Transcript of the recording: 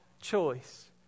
choice